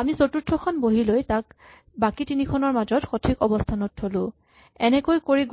আমি চতুৰ্থখন বহী লৈ তাক বাকী তিনিখনৰ মাজৰ সঠিক অৱস্হানত থ'লো এনেকৈয়ে কৰি